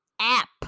app